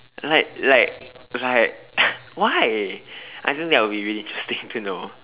like like like why I think that'll be really interesting to know